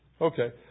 Okay